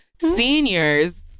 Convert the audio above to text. seniors